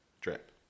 drip